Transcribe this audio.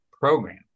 program